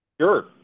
Sure